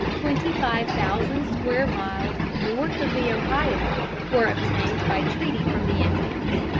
twenty-five thousand square miles north of the ohio were obtained by treaty from the indians.